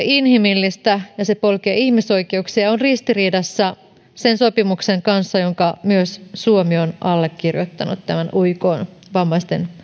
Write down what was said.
inhimillistä se polkee ihmisoikeuksia ja on ristiriidassa sen sopimuksen kanssa jonka myös suomi on allekirjoittanut tämän ykn vammaisten